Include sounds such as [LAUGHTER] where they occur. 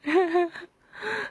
[LAUGHS]